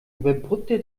überbrückte